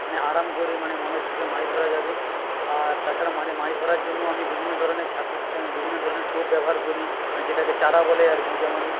মানে আরাম করে মানে মনের সুখে মাছ ধরা যাবে আর তাছাড়া মানে মাছ ধরার জন্য আমি বিভিন্ন ধরনের ছাতুর বিভিন্ন ধরনের টোপ ব্যবহার করি মানে যেটাকে চারা বলে আর কি যেমন